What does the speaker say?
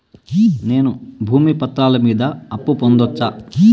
నేను భూమి పత్రాల మీద అప్పు పొందొచ్చా?